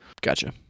gotcha